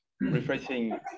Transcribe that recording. refreshing